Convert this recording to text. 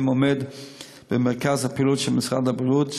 עומד במרכז הפעילות של משרד הבריאות,